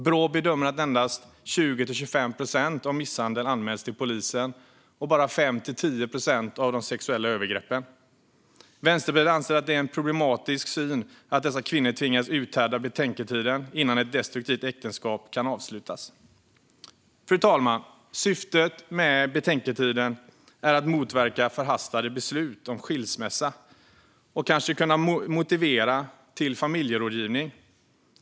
Brå bedömer att endast 20-25 procent av all misshandel och 5-10 procent av de sexuella övergreppen anmäls till polisen. Vänsterpartiet anser att det är problematiskt att dessa kvinnor tvingas att uthärda betänketiden innan ett destruktivt äktenskap kan avslutas. Fru talman! Syftet med betänketiden är att motverka förhastade beslut om skilsmässa och kanske kunna motivera till att delta i familjerådgivning.